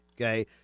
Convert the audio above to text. okay